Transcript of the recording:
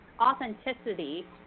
authenticity